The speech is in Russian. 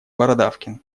бородавкин